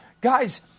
guys